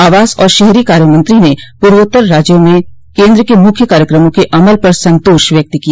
आवास और शहरी कार्यमंत्री ने पूर्वोत्तर राज्यों में केन्द्र के मुख्य कार्यक्रमों के अमल पर संतोष व्यक्त किया